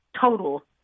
total